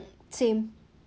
mm same